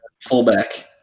Fullback